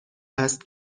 است